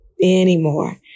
anymore